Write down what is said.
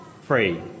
free